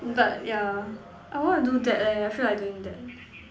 but yeah I wanna do that leh I feel like doing that